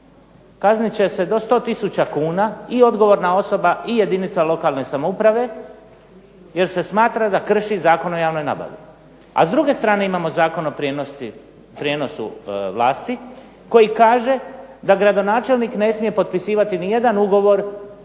kaznit će se do 100 tisuća kuna i odgovorna osoba i jedinica lokalne samouprave jer se smatra da krši Zakon o javnoj nabavi. A s druge strane imamo Zakon o prijenosu vlasti koji kaže da gradonačelnik ne smije potpisivati nijedan ugovor